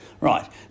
Right